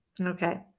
Okay